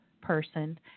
person